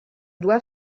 dois